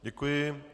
Děkuji.